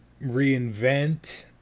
reinvent